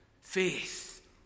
Faith